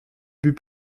but